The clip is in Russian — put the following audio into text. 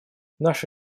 наше